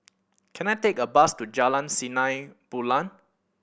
can I take a bus to Jalan Sinar Bulan